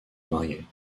marier